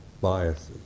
biases